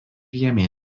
jame